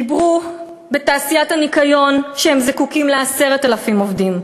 דיברו בתעשיית הניקיון על כך שהם זקוקים ל-10,000 עובדים,